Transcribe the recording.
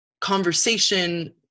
conversation